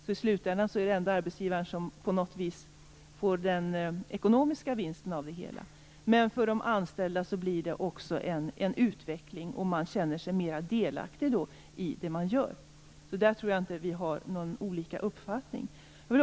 I slutändan är det ändå arbetsgivaren som får den ekonomiska vinsten. För de anställda blir det utveckling och delaktighet i det som görs. Där har vi inte olika uppfattning.